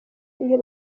iyo